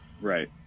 Right